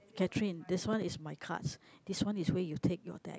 Katherine this one is my cards this one is where you take your deck